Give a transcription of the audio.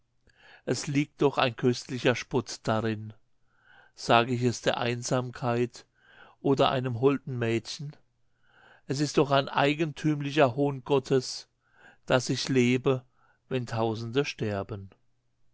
es liegt doch ein köstlicher spott darin sage ich es der einsamkeit oder einem holden mädchen es ist doch ein eigentümlicher hohn gottes daß ich lebe wenn tausende sterben